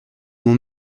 mon